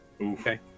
Okay